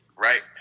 right